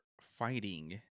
fighting